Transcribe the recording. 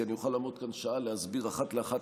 כי אני אוכל לעמוד כאן שעה ולהסביר אחת לאחת